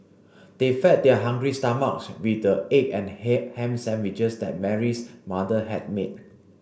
they fed their hungry stomachs with the egg and ham sandwiches that Mary's mother had made